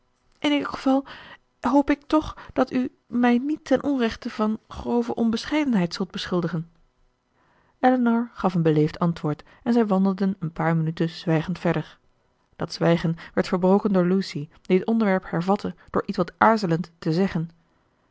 in elk geval hoop ik toch dat u mij niet ten onrechte van grove onbescheidenheid zult beschuldigen elinor gaf een beleefd antwoord en zij wandelden een paar minuten zwijgend verder dat zwijgen werd verbroken door lucy die het onderwerp hervatte door ietwat aarzelend te zeggen